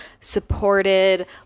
supported